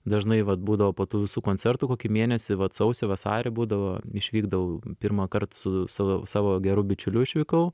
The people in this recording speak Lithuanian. dažnai vat būdavo po tų visų koncertų kokį mėnesį vat sausį vasarį būdavo išvykdavau pirmąkart su su savo geru bičiuliu išvykau